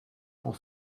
pour